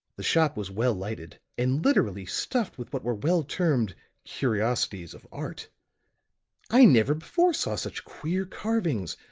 this shop was well lighted, and literally stuffed with what were well termed curiosities of art i never before saw such queer carvings,